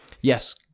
yes